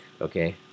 okay